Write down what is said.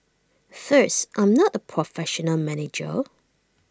first I'm not A professional manager